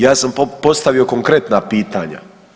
Ja sam postavio konkretna pitanja.